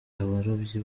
abarobyi